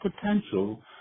Potential